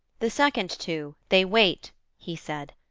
the second two they wait he said,